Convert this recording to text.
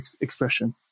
expression